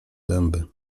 zęby